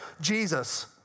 jesus